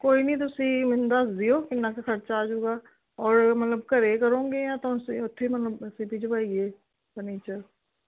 ਕੋਈ ਨਹੀਂ ਤੁਸੀਂ ਮੈਨੂੰ ਦੱਸ ਦਿਓ ਕਿੰਨਾ ਕੁ ਖ਼ਰਚਾ ਆ ਜੂਗਾ ਔਰ ਮਤਲਬ ਘਰ ਕਰੋਂਗੇ ਜਾਂ ਉੱਥੇ ਮਤਲਬ ਅਸੀਂ ਭਿਜਵਾਈਏ ਫਰਨੀਚਰ